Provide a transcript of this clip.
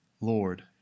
Lord